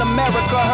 America